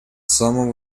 самом